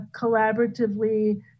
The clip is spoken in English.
collaboratively